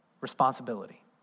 responsibility